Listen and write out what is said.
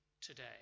today